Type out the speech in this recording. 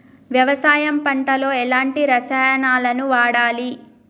వ్యవసాయం పంట లో ఎలాంటి రసాయనాలను వాడాలి?